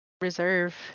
reserve